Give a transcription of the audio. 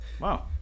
Wow